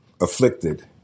afflicted